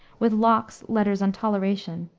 with locke's letters on toleration,